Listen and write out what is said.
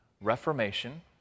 reformation